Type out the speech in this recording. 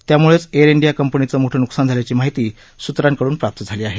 त्यामुळेच Air India कंपनीचं मोठं नुकसान झाल्याची माहिती सुत्रांकडून मिळत आहे